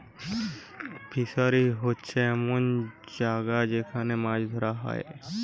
fishery হোচ্ছে এমন জাগা যেখান মাছ ধোরা হয়